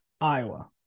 Iowa